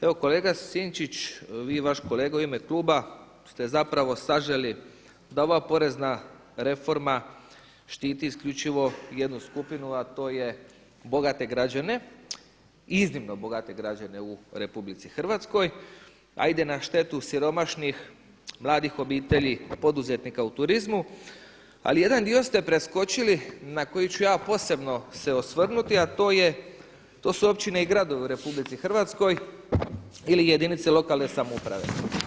Evo kolega Sinčić, vi i vaš kolega u ime kluba ste zapravo saželi da ova porezna reforma štiti isključivo jednu skupinu, a to je bogate građane, iznimno bogate građane u RH, a ide na štetu siromašnih, mladih obitelji, poduzetnika u turizmu, ali jedan dio ste preskočili na koji ću ja posebno osvrnuti, a to su općine i gradovi u RH ili jedinice lokalne samouprave.